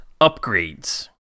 upgrades